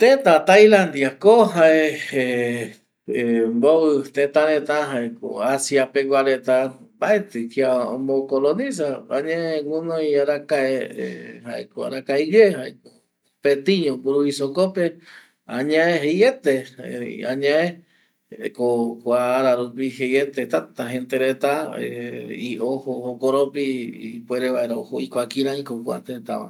Teta tailandia ko jae mbovɨ teta reta jaeko asia pegua reta mbaetɨ kia ombo colonisa añae guɨnoi arakae jaeko arakae iye jaeko mopetiño mburuvisa jokope, añae jeiete erei añae ko kua ara rupi jeiete tata gente reta ojo jokoropi ipuere vaera ojo oikua kirai ko kua teta va